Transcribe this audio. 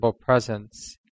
presence